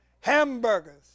hamburgers